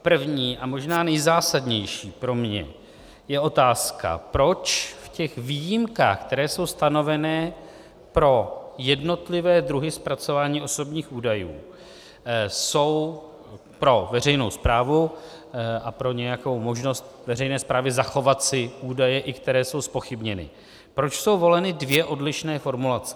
První a možná nejzásadnější pro mě je otázka, proč v těch výjimkách, které jsou stanovené pro jednotlivé druhy zpracování osobních údajů, jsou pro veřejnou správu a pro nějakou možnost veřejné správy zachovat si údaje i údaje, které jsou zpochybněny, proč jsou voleny dvě odlišné formulace.